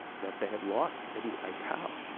that they had lost eddie aikau,